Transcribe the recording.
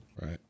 Right